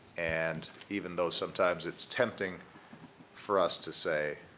and even though sometimes it's tempting for us to say